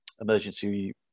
emergency